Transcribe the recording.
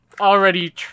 already